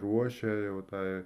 ruošė jau tą